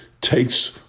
takes